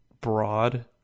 broad